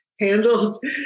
handled